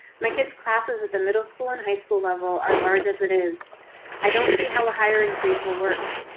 my kids classes at the middle school and high school level are large as it is i don't see how a hiring freeze will work.